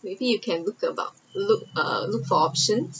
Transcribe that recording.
maybe you can look about look uh look for options